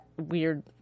weird